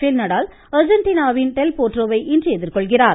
பேல் நடால் அர்ஜெண்டினாவின் டெல் போட்ரோவை இன்று எதிர்கொள்கிறார்